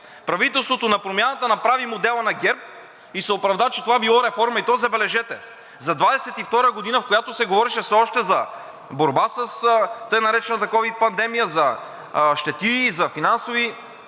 Правителството на Промяната направи модела на ГЕРБ и се оправда, че това било реформа, и то, забележете, за 2022 г., в която се говореше все още за борба с така наречената ковид пандемия, за щети, за финансови